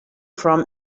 from